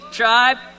tribe